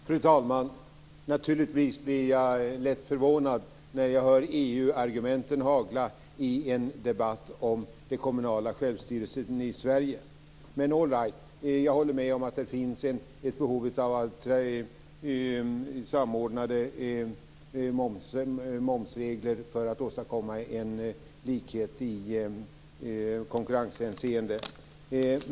Fru talman! Naturligtvis blir jag lätt förvånad när jag hör EU-argumenten hagla i en debatt om det kommunala självstyret i Sverige. All right, jag håller med om att det finns ett behov av samordnade momsregler för att åstadkomma en likhet i konkurrenshänseende.